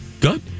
Good